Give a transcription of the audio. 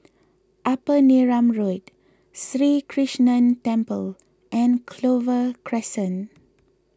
Upper Neram Road Sri Krishnan Temple and Clover Crescent